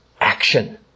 action